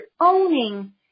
owning